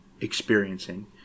experiencing